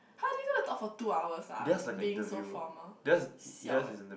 how do you going to talk for two hours ah being so formal siao eh